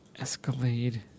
Escalade